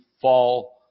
fall